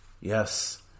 Yes